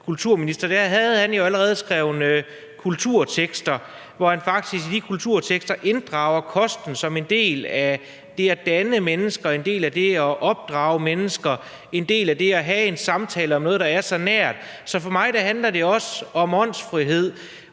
allerede dengang skrev kulturtekster, hvor han inddrog kosten som en del af det at danne mennesker, en del af det at opdrage mennesker, en del af det at have en samtale om noget, der er så nært. Så for mig handler det også om åndsfrihed.